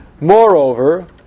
Moreover